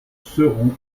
seront